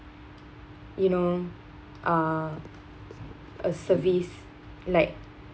you know uh a service like